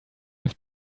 have